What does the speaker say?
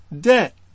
debt